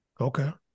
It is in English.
okay